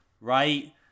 right